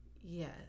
yes